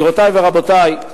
גבירותי ורבותי,